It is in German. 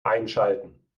einschalten